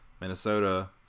Minnesota